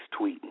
tweeting